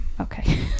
okay